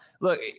Look